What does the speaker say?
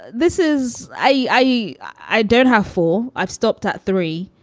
this is i. i don't have four i've stopped at three.